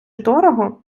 дорого